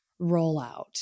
rollout